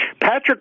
Patrick